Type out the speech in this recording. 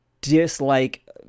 dislike